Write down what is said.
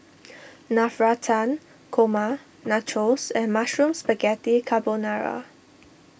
Navratan Korma Nachos and Mushroom Spaghetti Carbonara